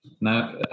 now